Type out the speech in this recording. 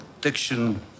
diction